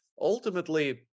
ultimately